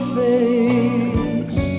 face